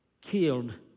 killed